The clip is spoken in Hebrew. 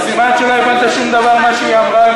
זה סימן שלא הבנת שום דבר ממה שהיא אמרה.